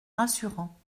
rassurant